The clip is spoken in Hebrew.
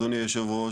אדוני היו"ר,